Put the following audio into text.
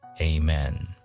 Amen